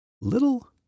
little